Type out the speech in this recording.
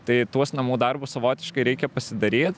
tai tuos namų darbus savotiškai reikia pasidaryt